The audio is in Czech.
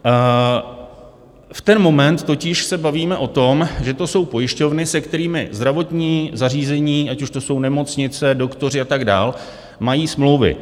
V ten moment se totiž bavíme o tom, že to jsou pojišťovny, se kterými zdravotnická zařízení, ať už to jsou nemocnice, doktoři a tak dále, mají smlouvy.